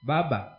Baba